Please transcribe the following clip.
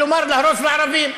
כלומר, להרוס לערבים.